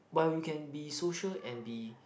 while you can be social and be